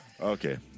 Okay